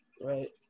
right